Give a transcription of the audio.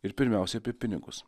ir pirmiausia apie pinigus